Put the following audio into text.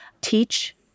teach